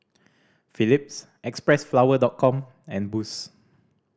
Phillips Xpressflower Com and Boost